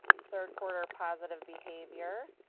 third quarter positive behavior,